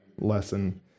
lesson